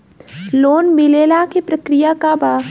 Loan मिलेला के प्रक्रिया का बा?